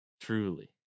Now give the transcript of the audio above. truly